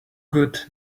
good